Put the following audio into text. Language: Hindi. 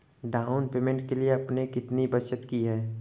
डाउन पेमेंट के लिए आपने कितनी बचत की है?